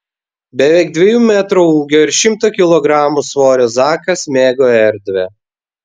beveik dviejų metrų ūgio ir šimto kilogramų svorio zakas mėgo erdvę